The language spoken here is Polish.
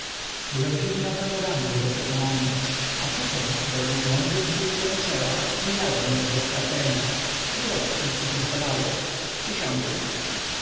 byłem dziwnie opanowany ego przekonaniem przy tym według mądrych słów profesora nie miałem nic do stracenia próbować nic nie kosztowało przysiągłem